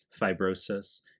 Fibrosis